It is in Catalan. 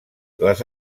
les